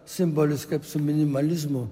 simbolis kaip su minimalizmu